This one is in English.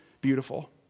beautiful